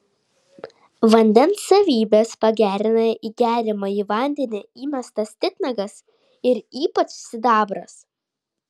vandens savybes pagerina į geriamąjį vandenį įmestas titnagas ir ypač sidabras